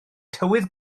tywydd